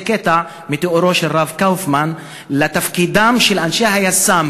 זה קטע מתיאורו של רב קאופמן לגבי תפקידם של אנשי היס"מ,